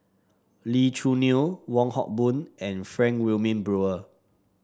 Lee Choo Neo Wong Hock Boon and Frank Wilmin Brewer